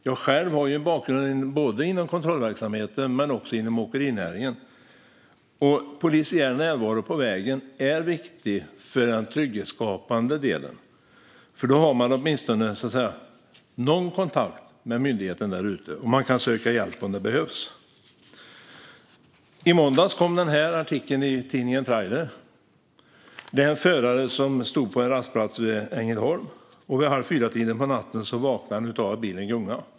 Jag har en bakgrund inom både kontrollverksamheten och åkerinäringen, och polisiär närvaro på vägen är viktig för att skapa trygghet. Då har man åtminstone någon kontakt med myndigheten där ute och kan söka hjälp om det behövs. I måndags publicerades en artikel i tidningen Trailer om en händelse vid en rastplats vid Ängelholm. Vid halvfyratiden på natten väcktes föraren av att bilen gungade.